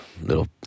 little